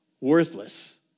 worthless